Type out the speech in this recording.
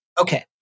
Okay